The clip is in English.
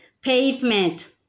pavement